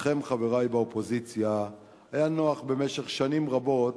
לכם, חברי באופוזיציה, היה נוח במשך שנים רבות